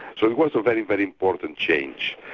so it was a very, very important change,